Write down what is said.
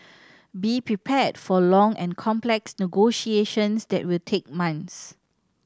be prepared for long and complex negotiations that will take months